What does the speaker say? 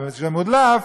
וכשמודלף,